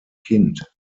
kind